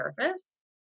surface